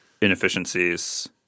inefficiencies